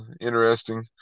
interesting